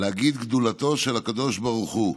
"להגיד גדולתו של הקדוש ברוך הוא,